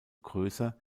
größer